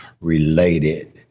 related